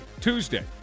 Tuesday